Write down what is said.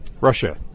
Russia